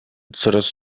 coraz